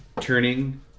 turning